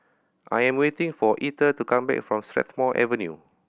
I am waiting for Etter to come back from Strathmore Avenue